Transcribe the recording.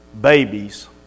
babies